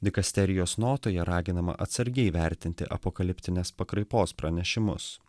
dikasterijos notoje raginama atsargiai vertinti apokaliptinės pakraipos pranešimus